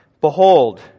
Behold